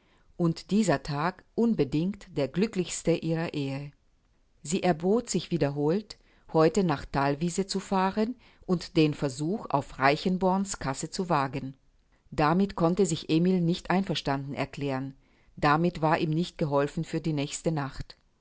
und dieser tag unbedingt der glücklichste ihrer ehe sie erbot sich wiederholt heute nach thalwiese zu fahren und den versuch auf reichenborn's casse zu wagen damit konnte sich emil nicht einverstanden erklären damit war ihm nicht geholfen für die nächste nacht